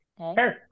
Okay